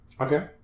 Okay